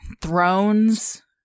Thrones